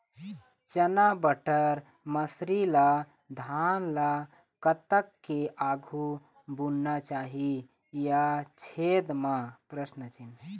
चना बटर मसरी ला धान ला कतक के आघु बुनना चाही या छेद मां?